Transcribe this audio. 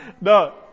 No